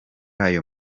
ayo